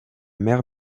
mer